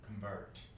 convert